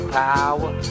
power